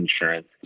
insurance